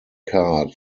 card